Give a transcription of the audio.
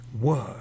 word